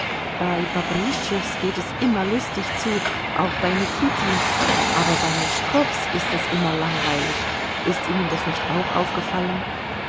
bei bobrischtschews geht es immer lustig zu auch bei nikitins aber bei meschkows ist es immer langweilig ist ihnen das nicht auch aufgefallen